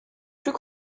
plus